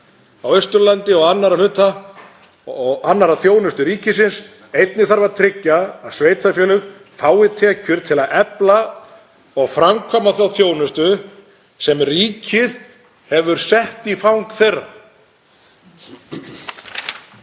á Austurlandi og annarra hluta og annarrar þjónustu ríkisins. Einnig þarf að tryggja að sveitarfélög fái tekjur til að efla og framkvæma þá þjónustu sem ríkið hefur sett í fang þeirra.